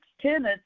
tenants